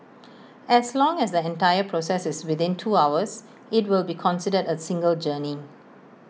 as long as the entire process within two hours IT will be considered A single journey